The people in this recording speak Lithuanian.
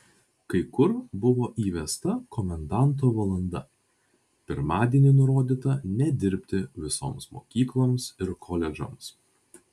kai kur buvo įvesta komendanto valanda pirmadienį nurodyta nedirbti visoms mokykloms ir koledžams